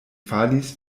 falis